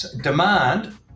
demand